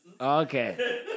Okay